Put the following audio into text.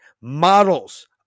models